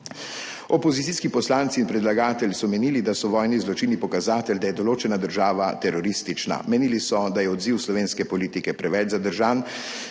Opozicijski poslanci in predlagatelji so menili, da so vojni zločini pokazatelj, da je določena država teroristična. Menili so, da je odziv slovenske politike preveč zadržan,